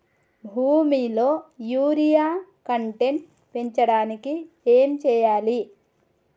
భూమిలో urea content పెంచడానికి ఏం చేయాలి?